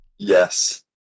Yes